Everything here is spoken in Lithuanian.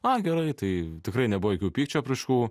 o gerai tai tikrai nebuvo jokių pykčio apraiškų